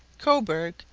cobourg,